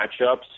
matchups